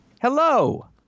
Hello